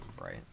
right